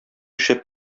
шәп